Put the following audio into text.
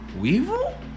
Weevil